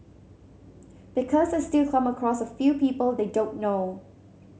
because I still come across a few people they don't know